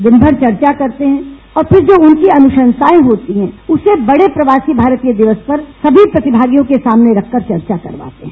दिन भर चर्चा करते है और फिर जो उनकी अनुशंसाये होती है उसे बड़े प्रवासी भारतीय दिवस पर सभी प्रतिभागियों के सामने रखकर चर्चा करवाते है